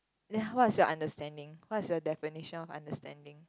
then what is your understanding what is your definition of understanding